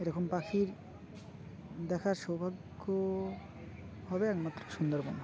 এরকম পাখির দেখার সৌভাগ্য হবে একমাত্র সুন্দরবন